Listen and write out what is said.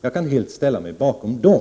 Jag kan helt ställa mig bakom dem.